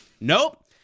Nope